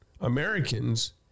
Americans